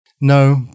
No